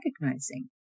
recognizing